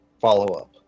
follow-up